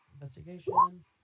investigation